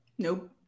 Nope